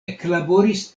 eklaboris